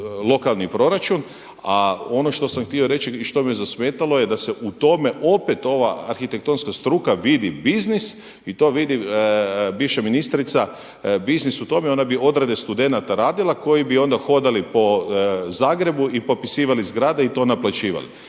lokalni proračun. A ono što sam htio reći i što me zasmetalo je da u tome opet ova arhitektonska struka vidi biznis i to vidi više ministrica biznis u tome. One bi odrede studenata radila koji bi onda hodali po Zagrebu i popisivali zgrade i to naplaćivali.